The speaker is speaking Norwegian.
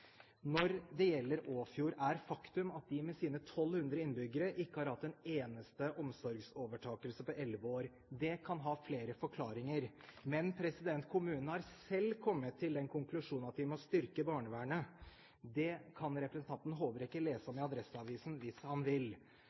Når det gjelder Åfjord, er faktum at de med sine 1 200 innbyggere ikke har hatt en eneste omsorgsovertakelse på elleve år. Det kan ha flere forklaringer, men kommunen har selv kommet til den konklusjonen at de må styrke barnevernet. Det kan representanten Håbrekke lese om i Adresseavisen hvis han vil.